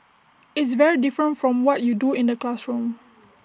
it's very different from what you do in the classroom